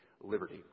liberty